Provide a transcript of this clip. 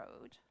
road